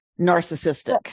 narcissistic